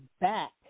back